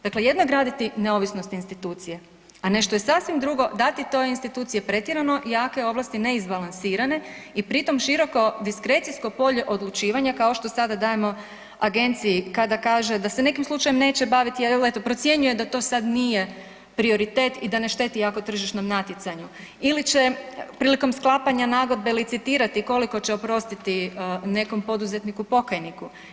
Dakle, jedno je graditi neovisnost institucije, a nešto je sasvim drugo dati toj instituciji pretjerano jake ovlasti neizbalansirane i pritom široko diskrecijsko polje odlučivanja kao što sada dajemo agenciji kada kaže da se nekim slučajem neće baviti jer evo eto procjenjuje da to sada nije prioritet i da ne šteti jako tržišnom natjecanju ili će prilikom sklapanja nagodbe licitirati koliko će oprostiti nekom poduzetniku pokajniku.